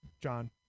John